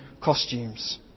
costumes